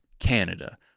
Canada